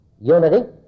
unity